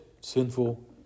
sinful